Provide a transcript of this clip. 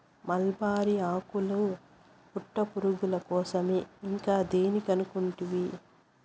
mulberry ఆకులు పట్టుపురుగుల కోసరమే ఇంకా దేని కనుకుంటివి